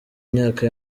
myaka